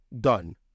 done